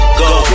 go